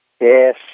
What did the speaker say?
yes